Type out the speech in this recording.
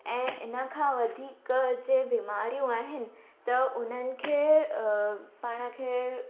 ऐं इनखां वधीक जे बीमारियूं आहिनि त उन्हनि खे पाण खे